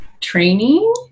training